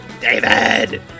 David